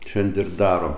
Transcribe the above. šiande ir darom